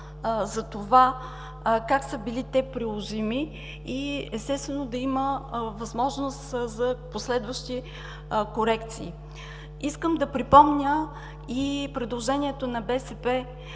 за това как са били приложими те и, естествено, да има възможност за последващи корекции. Искам да припомня и предложението на БСП